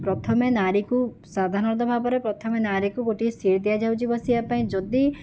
ପ୍ରଥମେ ନାରୀକୁ ସାଧାରଣତଃ ଭାବରେ ପ୍ରଥମେ ନାରୀକୁ ଗୋଟିଏ ସିଟ୍ ଦିଆଯାଉଛି ବସିବା ପାଇଁ ଯଦି